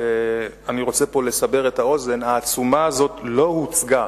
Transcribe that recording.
אני רוצה לסבר את האוזן: העצומה הזאת לא הוצגה